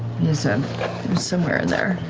said somewhere in there.